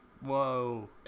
Whoa